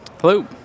Hello